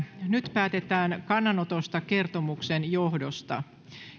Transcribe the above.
nyt päätetään kannanotosta kertomuksen johdosta